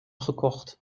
gekocht